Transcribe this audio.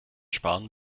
sparen